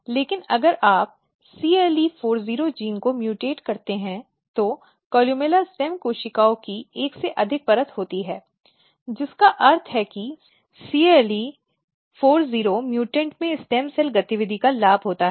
लेकिन अगर आप CLE40 जीन को म्यूटेंट करते हैं तो कोलुमेला स्टेम कोशिकाओं की एक से अधिक परत होती है जिसका अर्थ है कि cle40 म्यूटेंट में स्टेम सेल गतिविधि का लाभ होता है